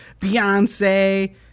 Beyonce